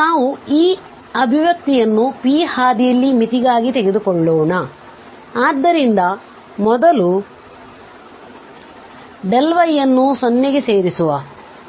ಆದ್ದರಿಂದ ನಾವು ಈ ಅಭಿವ್ಯಕ್ತಿಯನ್ನು P ಹಾದಿಯಲ್ಲಿ ಮಿತಿಗಾಗಿ ತೆಗೆದುಕೊಳ್ಳೋಣ ಆದ್ದರಿಂದ ಮೊದಲು y ಅನ್ನು 0 ಕ್ಕೆ ಸೇರಿಸುವ